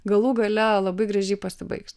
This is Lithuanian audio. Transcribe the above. galų gale labai gražiai pasibaigs